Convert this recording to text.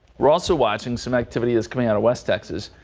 we're also watching some activity is coming out of west texas.